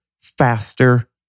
faster